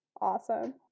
awesome